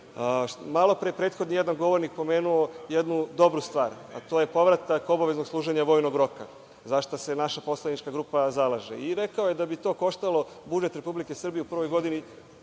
je prethodni jedan govornik pomenuo jednu dobru stvar, a to je povratak obaveznog služenja vojnog roka za šta se naša poslanička grupa zalaže. Rekao je da bi to koštalo budžet Republike Srbije u prvoj godini,